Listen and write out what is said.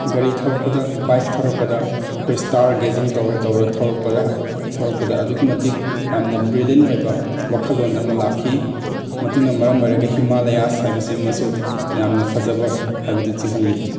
ꯒꯥꯔꯤ ꯊꯧꯔꯛꯄꯗ ꯕꯥꯏꯛ ꯊꯧꯔꯛꯄꯗ ꯑꯩꯈꯣꯏ ꯏꯁꯇꯥꯔ ꯒꯦꯖꯤꯡ ꯇꯧꯔ ꯇꯧꯔ ꯊꯧꯔꯛꯄꯗ ꯊꯧꯔꯛꯄꯗꯣ ꯑꯗꯨꯛꯀꯤ ꯃꯇꯤꯛ ꯌꯥꯝꯅ ꯕ꯭ꯔꯤꯂꯤꯌꯟ ꯑꯣꯏꯕ ꯋꯥꯈꯜꯂꯣꯟ ꯑꯃ ꯂꯥꯛꯈꯤ ꯃꯗꯨꯅ ꯃꯔꯝ ꯑꯣꯏꯔꯒ ꯍꯤꯃꯥꯂꯌꯥꯁ ꯍꯥꯏꯕꯁꯤꯃꯁꯨ ꯌꯥꯝꯅ ꯐꯖꯕ ꯍꯥꯏꯕꯗꯨ ꯆꯤꯡꯍꯜꯂꯤ